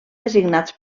designats